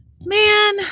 man